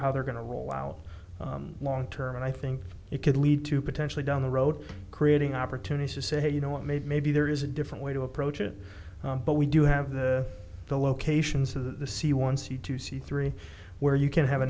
how they're going to roll out long term and i think it could lead to potentially down the road creating opportunities to say you know what made maybe there is a different way to approach it but we do have the the locations of the sea once you do see three where you can have a